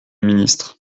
ministre